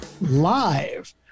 Live